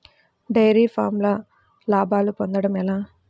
Dairy ఫామ్లో లాభాలు పొందడం ఎలా?